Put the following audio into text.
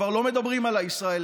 כבר לא מדברים על הישראלים.